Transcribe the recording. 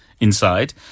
inside